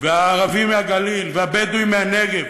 והערבים מהגליל, והבדואים מהנגב,